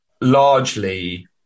largely